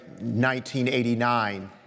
1989